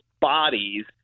bodies